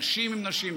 נשים עם נשים,